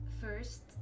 first